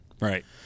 Right